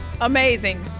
Amazing